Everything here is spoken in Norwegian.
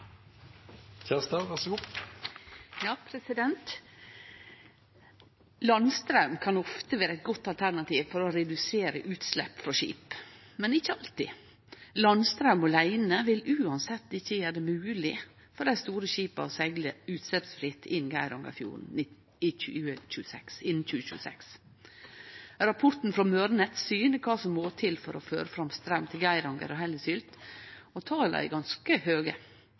skip, men ikkje alltid. Landstraum åleine vil uansett ikkje gjere det mogleg for dei store skipa å segle utsleppsfritt inn Geirangerfjorden innan 2026. Rapporten frå Mørenett syner kva som må til for å føre fram straum til Geiranger og Hellesylt, og tala er ganske høge.